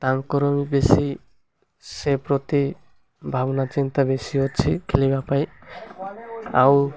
ତାଙ୍କର ବି ବେଶୀ ସେ ପ୍ରତି ଭାବନା ଚିନ୍ତା ବେଶୀ ଅଛି ଖେଳିବା ପାଇଁ ଆଉ